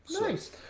Nice